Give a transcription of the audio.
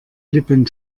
lippen